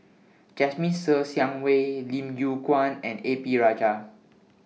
Jasmine Ser Xiang Wei Lim Yew Kuan and A P Rajah